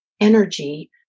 energy